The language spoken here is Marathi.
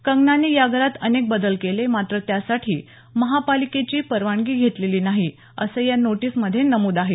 कंगनाने या घरात अनेक बदल केले मात्र त्यासाठी महापालिकेची परवानगी घेतलेली नाही असं या नोटीसमध्ये नमूद आहे